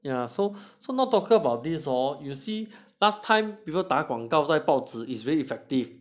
ya so so not talking about this hor you see last time people 打广告在报纸 is very effective